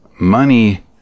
Money